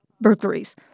burglaries